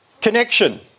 Connection